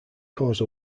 cause